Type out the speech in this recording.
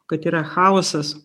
kad yra chaosas